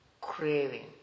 craving